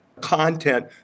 content